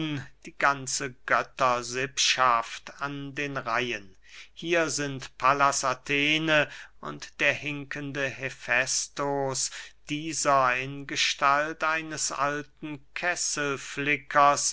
die ganze göttersippschaft an den reihen hier sind pallas athene und der hinkende hefästos dieser in gestalt eines alten